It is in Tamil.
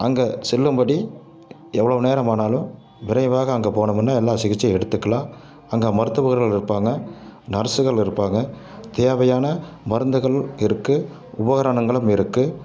அங்கே செல்லும்படி எவ்வளோ நேரம் ஆனாலும் விரைவாக அங்க போனோமுன்னா எல்லா சிகிச்சை எடுத்துக்கலாம் அங்கே மருத்துவர்கள் இருப்பாங்க நர்ஸ்சுகள் இருப்பாங்க தேவையான மருந்துகள் இருக்கு உபகரணங்களும் இருக்கு